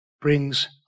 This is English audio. brings